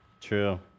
true